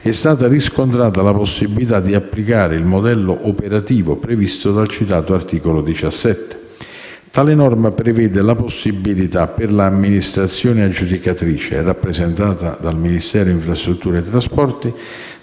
è stata riscontrata la possibilità di applicare il modello operativo previsto dal citato articolo 17. Tale norma prevede la possibilità per l'amministrazione aggiudicatrice, rappresentata dal MIT, di affidare direttamente